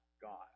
God